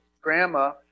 grandma